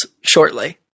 shortly